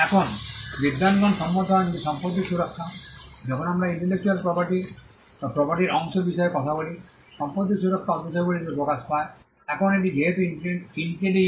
এখন বিদ্বানগণ সম্মত হন যে সম্পত্তি সুরক্ষা যখন আমরা ইন্টেলেকচুয়াল প্রপার্টির প্রপার্টির অংশের বিষয়ে কথা বলি সম্পত্তি সুরক্ষা অদৃশ্যগুলিতে প্রকাশ পায়